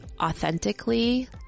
authentically